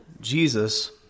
Jesus